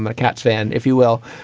um cats fan, if you will.